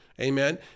amen